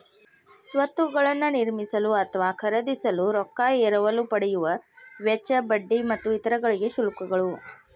ಸ್ವತ್ತುಗಳನ್ನ ನಿರ್ಮಿಸಲು ಅಥವಾ ಖರೇದಿಸಲು ರೊಕ್ಕಾ ಎರವಲು ಪಡೆಯುವ ವೆಚ್ಚ, ಬಡ್ಡಿ ಮತ್ತು ಇತರ ಗಳಿಗೆ ಶುಲ್ಕಗಳು